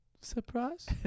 surprise